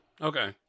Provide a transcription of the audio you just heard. Okay